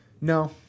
No